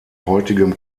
heutigem